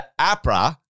APRA